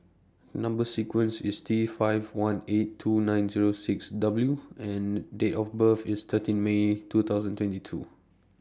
Number sequence IS T five one eight two nine Zero six W and Date of birth IS thirteen May two thousand twenty two